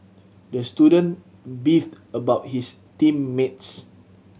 the student beefed about his team mates